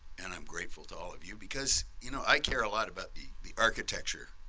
and i'm grateful to all of you because, you know, i care a lot about the architecture